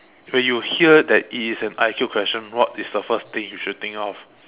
when you hear that it is an I_Q question what is the first thing you should think of